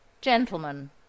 Gentlemen